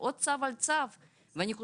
ועוד צו על צו?